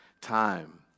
time